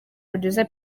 producer